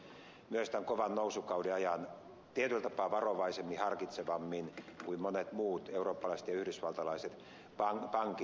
ne ovat käyttäytyneet myös tämän kovan nousukauden ajan tietyllä tapaa varovaisemmin harkitsevammin kuin monet muut eurooppalaiset ja yhdysvaltalaiset pankit